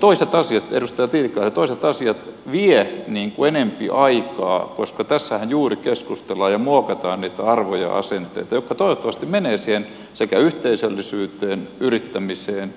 toiset asiat edustaja tiilikainen vievät enempi aikaa koska tässähän juuri keskustellaan ja muokataan niitä arvoja asenteita jotka toivottavasti menevät siihen yhteisöllisyyteen yrittämiseen